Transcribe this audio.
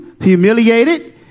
humiliated